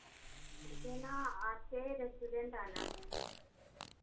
मुझे ना आपके रेस्टोरेंट आना है